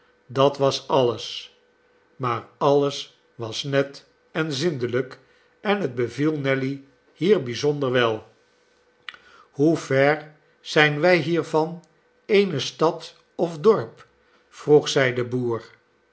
dat was alles maar alles was net en zindelijk en het beviel nelly hier bijzonder wel hoever zijn wij hier van eene stad of dorp vroeg zij den boer